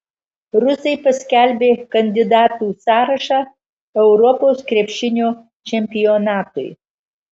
rusai paskelbė kandidatų sąrašą europos krepšinio čempionatui